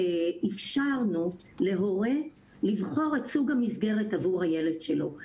אפשרנו להורה לבחור את סוג המסגרת עבור הילד שלו.